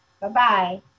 Bye-bye